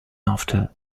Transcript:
after